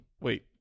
Wait